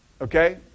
Okay